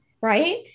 right